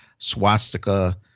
swastika